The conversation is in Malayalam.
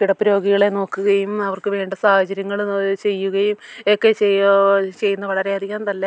കിടപ്പു രോഗികളെ നോക്കുകയും അവർക്ക് വേണ്ട സാഹചര്യങ്ങൾ ചെയ്യുകയും ഒക്കെ ചെയ്യുകയോ ചെയ്യുന്നത് വളരെയധികം നല്ല